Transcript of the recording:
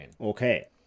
Okay